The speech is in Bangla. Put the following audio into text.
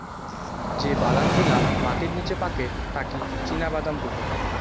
যে বাদাম গিলা মাটির নিচে পাকে তাকি চীনাবাদাম কুহু